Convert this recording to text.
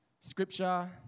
scripture